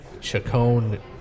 Chacon